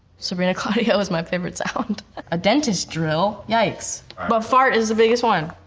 sabrina claudio is my favorite sound. a dentist's drill, yikes, but fart is the biggest one.